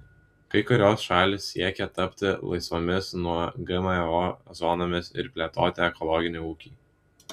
kai kurios šalys siekia tapti laisvomis nuo gmo zonomis ir plėtoti ekologinį ūkį